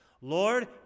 Lord